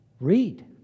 read